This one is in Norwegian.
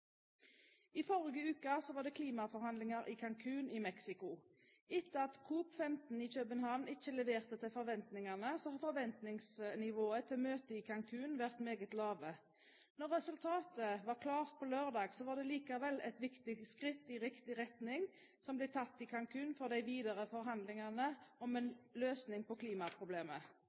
I forrige uke var det klimaforhandlinger i Cancún i Mexico. Etter at COP15 i København ikke leverte til forventningene, har forventningsnivået til møtet i Cancún vært meget lave. Da resultatet var klart på lørdag, var det likevel et viktig skritt i riktig retning som ble tatt i Cancún for de videre forhandlingene om en løsning på klimaproblemet.